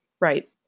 Right